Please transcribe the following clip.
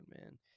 man